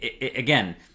again